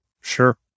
Sure